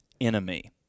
enemy